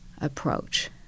approach